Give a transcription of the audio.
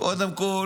קודם כל,